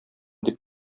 дип